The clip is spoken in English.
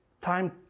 time